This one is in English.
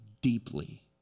deeply